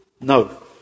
No